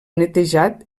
netejat